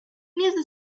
needed